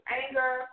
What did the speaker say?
anger